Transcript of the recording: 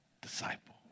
disciple